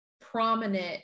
prominent